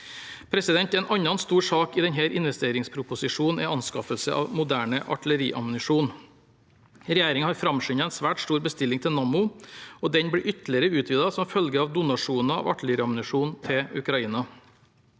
Stortinget. En annen stor sak i denne investeringsproposisjonen er anskaffelse av moderne artilleriammunisjon. Regjeringen har framskyndet en svært stor bestilling til Nammo, og denne blir ytterligere utvidet som følge av donasjoner av artilleriammunisjon til Ukraina.